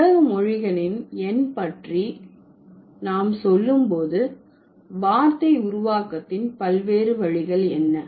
உலக மொழிகளின் எண் முறை பற்றி நாம் சொல்லும் போது வார்த்தை உருவாக்கத்தின் பல்வேறு வழிகள் என்ன